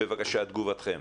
בבקשה, תגובתכם.